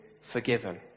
forgiven